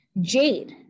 Jade